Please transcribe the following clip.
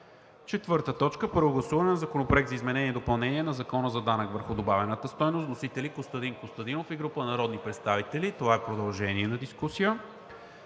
2022 г. 4. Първо гласуване на Законопроекта за изменение и допълнение на Закона за данък върху добавената стойност. Вносители – Костадин Костадинов и група народни представители. Това е продължение на дискусия.